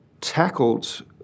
tackled